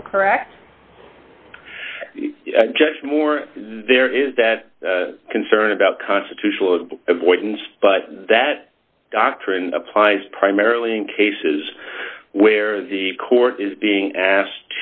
so correct judge moore there is that concern about constitutional as avoidance but that doctrine applies primarily in cases where the court is being asked